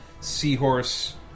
seahorse